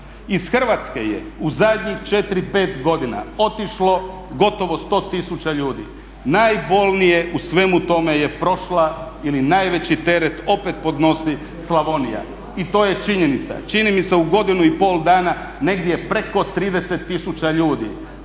Iz Hrvatske je u zadnjih 4, 5 godina otišlo gotovo 100 tisuća ljudi. Najbolnije u svemu tome je prošla ili najveći teret opet podnosi Slavonija. I to je činjenica. Čini mi se u godinu i pol dana negdje preko 30 tisuća ljudi.